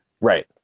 right